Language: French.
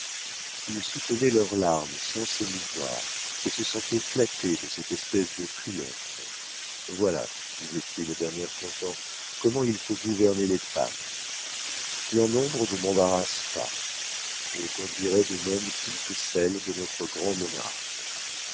il soutenoit leurs larmes sans s'émouvoir voilà disoit-il d'un air content comment il faut gouverner les femmes leur nombre ne m'embarrasse pas je conduirois de même toutes celles de notre grand monarque